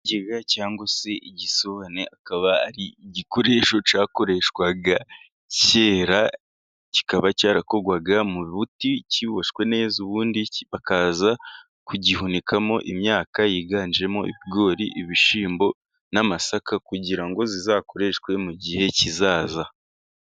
Ikigega cyangwa se igisobane, akaba ari igikoresho cyakoreshwaga kera. Kikaba cyarakorwaga mu ruti, kiboshywe neza. Ubundi bakaza kugihunikamo imyaka yiganjemo ibigori, ibishyimbo n'amasaka kugira ngo izakoreshwe mu gihe kizaza.